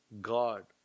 God